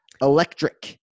electric